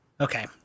Okay